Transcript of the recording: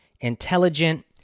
intelligent